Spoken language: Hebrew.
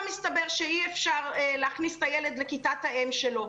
הסתבר שאי אפשר להכניס את הילד לכיתת האם שלו.